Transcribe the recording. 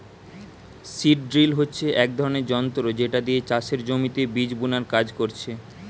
seed drill হচ্ছে এক ধরণের যন্ত্র যেটা দিয়ে চাষের জমিতে বীজ বুনার কাজ করছে